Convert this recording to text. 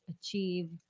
achieve